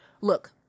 Look